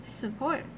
support